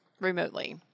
remotely